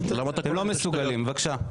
אתם לא מסוגלים, בבקשה.